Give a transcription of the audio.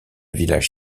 village